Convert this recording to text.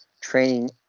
training